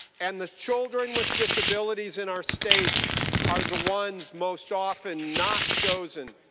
and the children with disabilities in our state are the ones most often not chosen